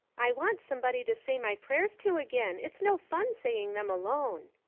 i want somebody to say my prayers to again. it's no fun saying them alone.